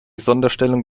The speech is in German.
sonderstellung